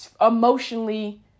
emotionally